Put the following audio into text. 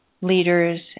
leaders